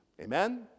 Amen